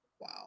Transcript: Wow